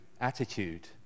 attitude